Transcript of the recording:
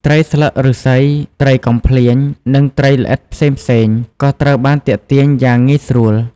ត្រីស្លឹកឫស្សី ត្រីកំភ្លាញ និងត្រីល្អិតផ្សេងៗ ក៏ត្រូវបានទាក់ទាញយ៉ាងងាយស្រួល។